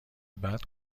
بعد